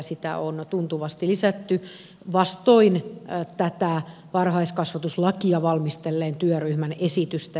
sitä on tuntuvasti lisätty vastoin tätä varhaiskasvatuslakia valmistelleen työryhmän esitystä